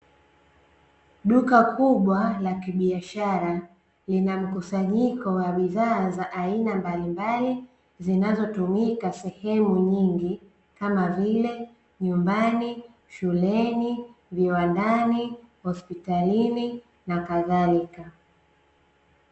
Duka kubwa la kibiashara lina mkusanyiko wa bidhaa za aina mbalimbali zinazotumika sehemu nyingi kama vile nyumbani, shuleni, viwandani, hospitalini na kadhalika .